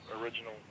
original